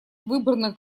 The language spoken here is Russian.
выбранных